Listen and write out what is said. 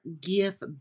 gift